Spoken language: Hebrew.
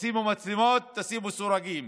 תשימו מצלמות, תשימו סורגים.